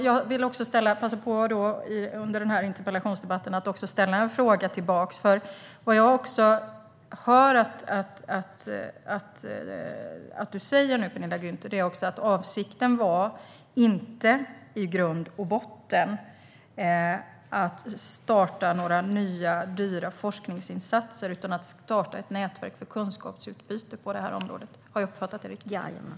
Jag vill under denna interpellationsdebatt passa på att ställa en fråga till Penilla Gunther. Det som jag hör att Penilla Gunther nu säger är att avsikten i grund och botten inte var att starta några nya och dyra forskningsinsatser utan att starta ett nätverk för kunskapsutbyte på detta område. Har jag uppfattat det rätt?